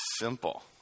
simple